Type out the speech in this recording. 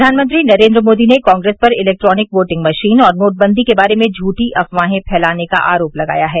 प्रधानमंत्री नरेन्द्र मोदी ने कांग्रेस पर इलेक्ट्रॉनिक योटिंग मशीन और नोटबंदी के बारे में झूठी अफ़वाहें फैलाने का आरोप लगाया है